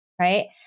right